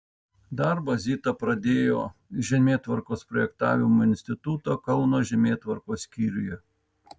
darbą zita pradėjo žemėtvarkos projektavimo instituto kauno žemėtvarkos skyriuje